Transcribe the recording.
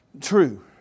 True